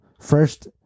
first